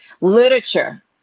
Literature